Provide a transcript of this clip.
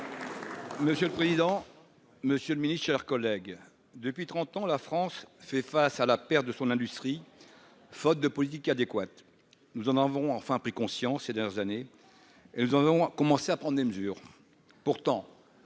Monsieur le président, Monsieur le Ministre, chers collègues, depuis 30 ans, la France fait face à la perte de son industrie, faute de politiques adéquates, nous en avons enfin pris conscience ces dernières années, elles ont commencé à prendre les mesures pourtant